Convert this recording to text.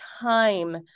time